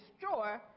destroy